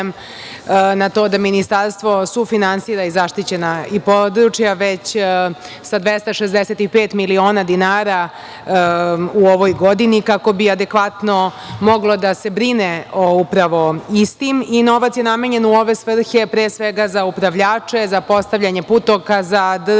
na to da Ministarstvo sufinansira i zaštićena područja već sa 265.000.000 dinara u ovoj godini, kako bi adekvatno moglo da se brine o upravo istim i novac je namenjen u ove svrhe, pre svega za upravljače, za postavljanje putokaza, drvenih